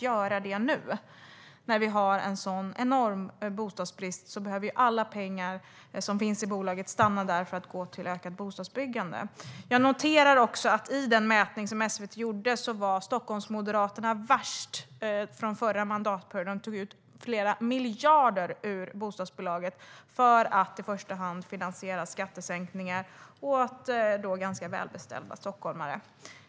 När vi nu har en så enorm bostadsbrist behöver ju alla pengar som finns i bolagen stanna där för att gå till ökat bostadsbyggande. Jag noterar också att i den mätning som SVT gjorde var Stockholmsmoderaterna värst under förra mandatperioden. De tog ut flera miljarder ur bostadsbolagen för att i första hand finansiera skattesänkningar för ganska välbeställda stockholmare.